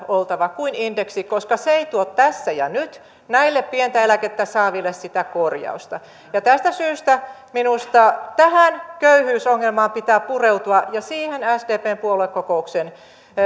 kuin indeksi koska se ei tuo tässä ja nyt näille pientä eläkettä saaville sitä korjausta tästä syystä minusta tähän köyhyysongelmaan pitää pureutua ja siihen sdpn puoluekokouksen